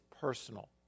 personal